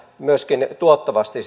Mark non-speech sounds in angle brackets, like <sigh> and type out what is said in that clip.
myöskin tuottavasti <unintelligible>